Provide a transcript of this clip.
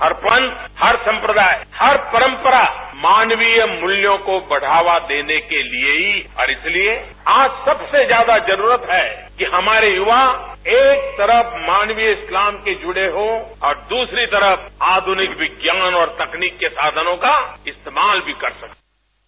हर पंथ हर सम्प्रदाय हर परम्परा मानवीय मूल्यां को बढ़ावा देने के लिए ही है और इसलिए आज सबसे ज्यादा जरूरत है कि हमारे युवा एक तरफ मानवीय इस्लाम से जुड़े हों और दूसरी तरफ आधुनिक विज्ञान और तकनीक के साधनों का इस्तेमाल भी कर सकें